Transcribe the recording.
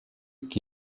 qui